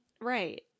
Right